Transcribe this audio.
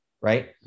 right